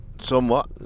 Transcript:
Somewhat